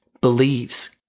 Believes